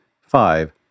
five